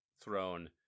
throne